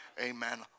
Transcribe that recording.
Amen